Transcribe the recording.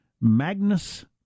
Magnus